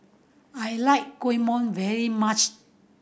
I like kuih mom very much